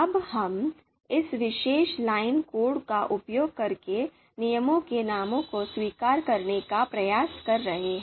अब हम इस विशेष लाइन कोड का उपयोग करके नियमों के नामों को स्वीकार करने का प्रयास कर रहे हैं